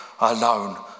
alone